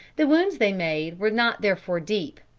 the wounds they made were not therefore deep,